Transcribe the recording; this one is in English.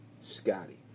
Scotty